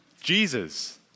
Jesus